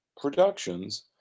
productions